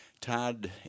Todd